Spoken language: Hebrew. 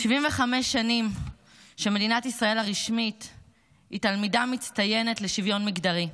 75 שנים שמדינת ישראל הרשמית היא תלמידה מצטיינת לשוויון מגדרי: